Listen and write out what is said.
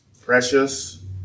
precious